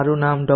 મારું નામ ડો